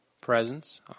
Presence